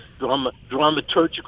dramaturgical